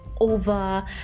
over